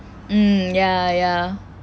mm ya ya